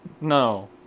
No